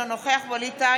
אינו נוכח ווליד טאהא,